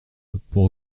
pour